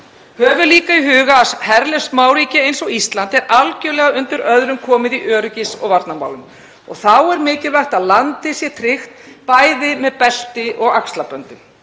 Höfum líka í huga að herlaust smáríki eins og Ísland er algerlega undir öðrum komið í öryggis- og varnarmálum og þá er mikilvægt að landið sé tryggt bæði með belti og axlaböndum.